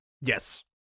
Yes